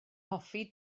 hoffi